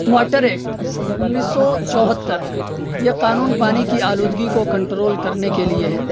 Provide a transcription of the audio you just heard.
motor act انیس سو چوہتر یہ قانون پانی کی آلودگی کو کنٹرول کرنے کے لیے ہے